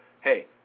hey